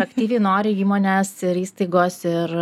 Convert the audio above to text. aktyviai nori įmonės ir įstaigos ir